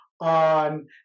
on